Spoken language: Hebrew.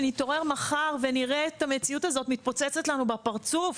שנתעורר מחר ונראה את המציאות הזאת מתפוצצת לנו בפרצוף?